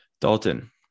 dalton